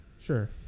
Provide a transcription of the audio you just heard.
Sure